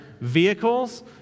vehicles